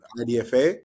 IDFA